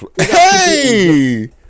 hey